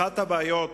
אחת הבעיות